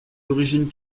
origines